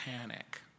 panic